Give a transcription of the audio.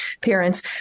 parents